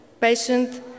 patient